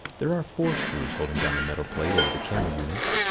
there are four screws holding down the metal plate over the camera units.